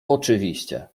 oczywiście